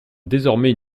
désormais